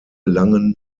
langen